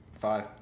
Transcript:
five